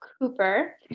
cooper